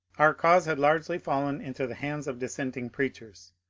our cause had largely fallen into the hands of dissenting preachers,